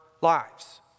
lives